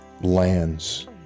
lands